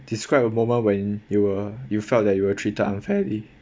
describe a moment when you were you felt that you were treated unfairly